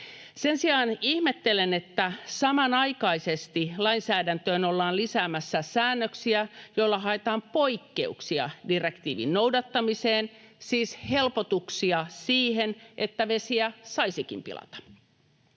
Sen sijaan ihmettelen, että samanaikaisesti lainsäädäntöön ollaan lisäämässä säännöksiä, joilla haetaan poikkeuksia direktiivin noudattamiseen — siis helpotuksia siihen, että vesiä saisikin pilata.